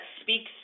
speaks